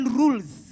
rules